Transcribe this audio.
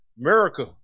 America